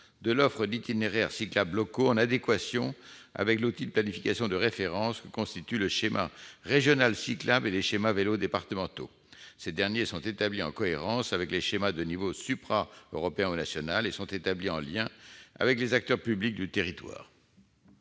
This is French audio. de l'offre d'itinéraires cyclables locaux en adéquation avec l'outil de planification de référence que constituent le schéma régional cyclable et les schémas vélos départementaux. Ces derniers sont établis en cohérence avec les schémas de niveau supra-européen ou national et en lien avec les acteurs publics du territoire.